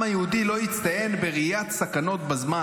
היהודי לא הצטיין בראיית סכנות בזמן,